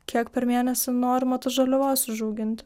kiek per mėnesį norima tos žaliavos užauginti